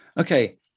okay